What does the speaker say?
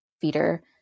feeder